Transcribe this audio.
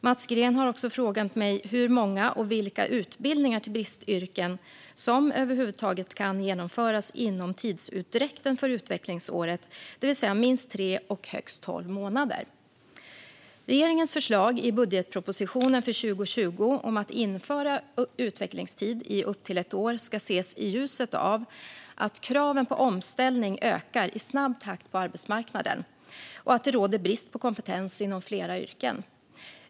Mats Green har också frågat mig hur många och vilka utbildningar till bristyrken som över huvud taget kan genomföras inom tidsutdräkten för utvecklingsåret, det vill säga minst tre och högst tolv månader. Regeringens förslag i budgetpropositionen för 2020 om att införa utvecklingstid i upp till ett år ska ses i ljuset av att kraven på omställning ökar i snabb takt på arbetsmarknaden och att det råder brist på kompetens inom flera yrken.